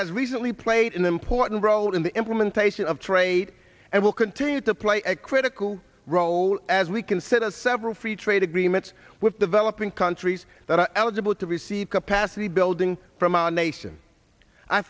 has recently played an important role in the implementation of trade and will continue to play a critical role as we consider several free trade agreements with developing countries that are eligible to receive capacity building from our nation i